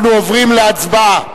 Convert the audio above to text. אנחנו עוברים להצבעה על